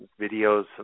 videos